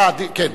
אה, כן.